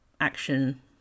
action